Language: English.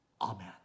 Amen